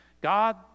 God